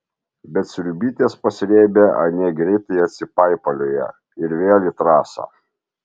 bet sriubytės pasrėbę anie greitai atsipaipalioja ir vėl į trasą